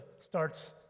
starts